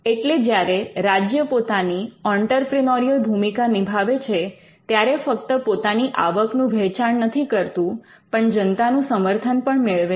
એટલે જ્યારે રાજ્ય પોતાની ઑંટરપ્રિનોરિયલ ભૂમિકા નિભાવે છે ત્યારે ફક્ત પોતાની આવકનું વહેચાણ નથી કરતું પણ જનતાનું સમર્થન પણ મેળવે છે